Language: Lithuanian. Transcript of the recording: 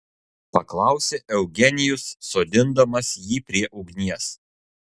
paklausė eugenijus sodindamas jį prie ugnies